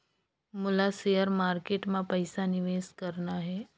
मोला share market मां पइसा निवेश करना हे?